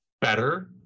better